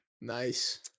Nice